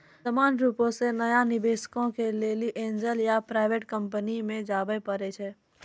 सामान्य रुपो से नया निबेशको के लेली एंजल या प्राइवेट कंपनी मे जाबे परै छै